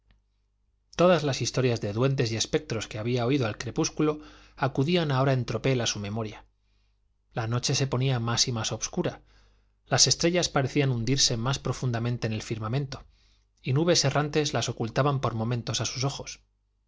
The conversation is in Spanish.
todas las historias de duendes y espectros que había oído al crepúsculo acudían ahora en tropel a su memoria la noche se ponía más y más obscura las estrellas parecían hundirse más profundamente en el firmamento y nubes errantes las ocultaban por momentos a sus ojos